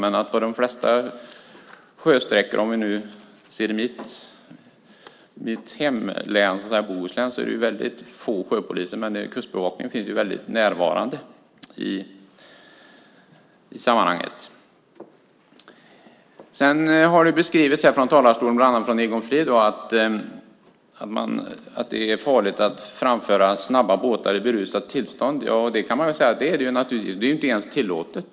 Men på de flesta kuststräckor i mitt hemlän, i Bohuslän, är det väldigt få sjöpoliser. Kustbevakningen är dock väldigt närvarande. Bland annat Egon Frid har här i talarstolen beskrivit att det är farligt att framföra snabba båtar i berusat tillstånd. Ja, så är det naturligtvis. Det är inte ens tillåtet.